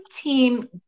team